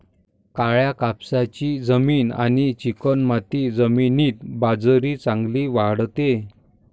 काळ्या कापसाची जमीन आणि चिकणमाती जमिनीत बाजरी चांगली वाढते